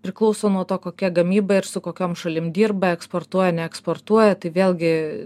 priklauso nuo to kokia gamyba ir su kokiom šalim dirba eksportuoja neeksportuoja tai vėlgi